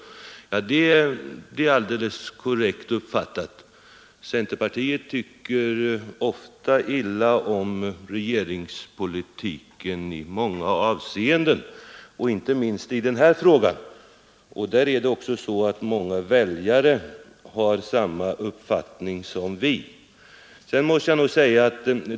Det är alldeles korrekt uppfattat. Centerpartiet tycker ibland illa om regeringspolitiken i många avseenden och inte minst i den här frågan. Många väljare har också här samma uppfattning som vi.